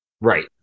Right